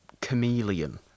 chameleon